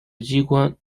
机关